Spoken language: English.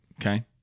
Okay